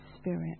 spirit